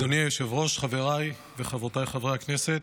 אדוני היושב-ראש, חבריי וחברותיי חברי הכנסת,